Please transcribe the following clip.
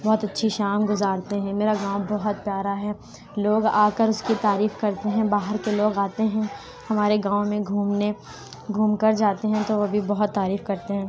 بہت اچھی شام گذارتے ہیں میرا گاؤں بہت پیارا ہے لوگ آ کر اس کی تعریف کرتے ہیں باہر کے لوگ آتے ہیں ہمارے گاؤں میں گھومنے گھوم کر جاتے ہیں تو وہ بھی بہت تعریف کرتے ہیں